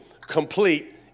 complete